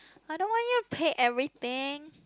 I don't want you pay everything